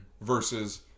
versus